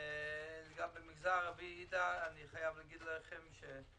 במגזר הערבי עאידה תומא סלימאן,